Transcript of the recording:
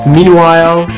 Meanwhile